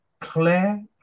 Claire